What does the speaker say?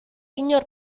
inor